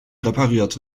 repariert